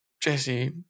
Jesse